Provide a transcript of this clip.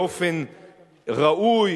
באופן ראוי,